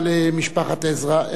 אן, במיוחד לך.